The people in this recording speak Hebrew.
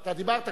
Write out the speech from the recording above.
אתה דיברת כבר?